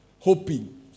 hoping